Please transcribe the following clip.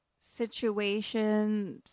situation